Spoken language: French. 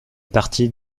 partie